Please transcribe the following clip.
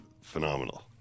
phenomenal